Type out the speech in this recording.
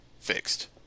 fixed